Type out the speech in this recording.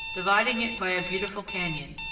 dividing it by a beautiful canyon,